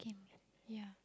game yeah